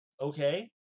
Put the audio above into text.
Okay